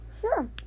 Sure